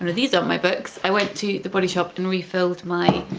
and these aren't my books, i went to the body shop and refilled my